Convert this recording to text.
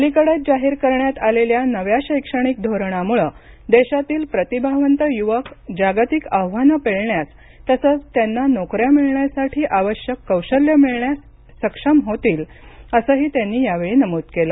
अलीकडेच जाहीर करण्यात आलेल्या नव्या शैक्षणिक धोरणामुळे देशातील प्रतिभावंत युवक जागतिक आव्हानं पेलण्यास तसंच त्यांना नोकऱ्या मिळण्यासाठी आवश्यक कौशल्य मिळवण्यास सक्षम होतील असंही त्यांनी यावेळी नमूद केलं